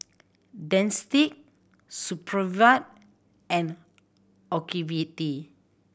Dentiste Supravit and Ocuvite